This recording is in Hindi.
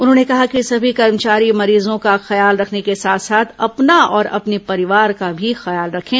उन्होंने कहा कि समी कर्मचारी मरीजों का ख्याल रखने के साथ साथ अपना और अपने परिवार का भी ख्याल रखें